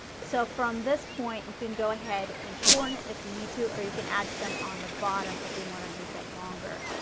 so from this point you can go ahead and shorten it if you need to or you can add some on the bottom if you want to make it longer.